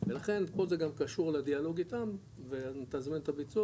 ולכן כל זה גם קשור לדיאלוג איתם ואז נתזמן את הביצוע,